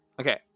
okay